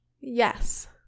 Yes